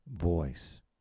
voice